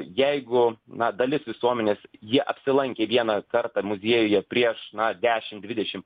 jeigu na dalis visuomenės ji apsilankė vieną kartą muziejuje prieš na dešim dvidešim